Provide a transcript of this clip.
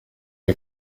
ibi